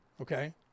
okay